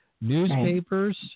newspapers